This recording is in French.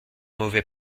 mauvais